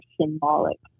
symbolic